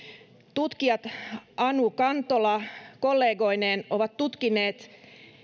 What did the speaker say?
tutkijat anu kantola kollegoineen ovat tutkineet